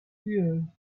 hear